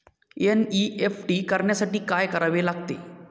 NEFT करण्यासाठी काय करावे लागते?